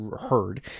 heard